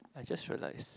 I just realise